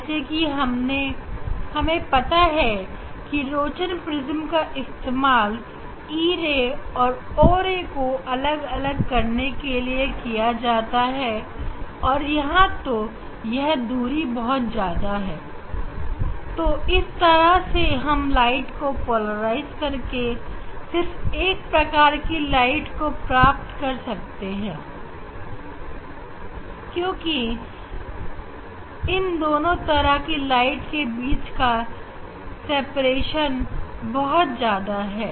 जैसे कि हमें पता है कि रोचन प्रिज्म का इस्तेमाल e ray और o ray को अलग करने के लिए किया जाता है और यहां तो यह दूरी बहुत ज्यादा है तो इस तरह हम लाइट को पोलराइज करके सिर्फ एक प्रकार की लाइट को प्राप्त कर सकते हैं क्योंकि इन दोनों तरह की लाइट के बीच की दूरी बहुत ज्यादा है